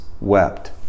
wept